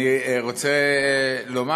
אני רוצה לומר,